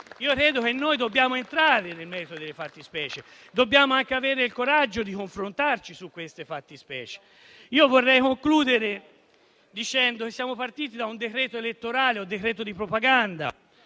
Io credo che noi dobbiamo entrare nel merito delle fattispecie e dobbiamo anche avere il coraggio di confrontarci su di esse. Vorrei concludere dicendo che siamo partiti da un decreto elettorale o decreto di propaganda,